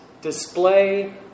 display